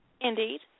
Indeed